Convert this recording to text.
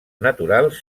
naturals